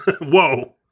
Whoa